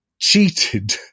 cheated